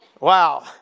wow